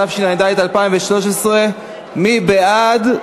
התשע"ד 2013. מי בעד?